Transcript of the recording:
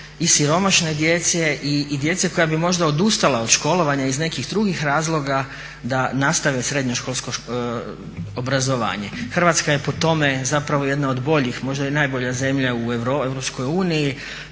i siromašne djece i djece koja bi možda odustala od školovanja iz nekih drugih razloga da nastave srednjoškolsko obrazovanje. Hrvatska je po tome zapravo jedna od boljih, možda i najbolja zemlja u